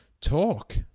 talk